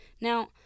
now